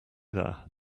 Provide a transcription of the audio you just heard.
there